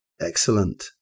excellent